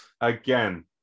Again